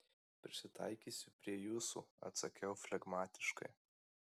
prisitaikysiu prie jūsų atsakiau flegmatiškai